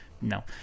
No